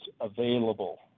available